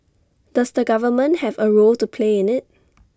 does the government have A role to play in IT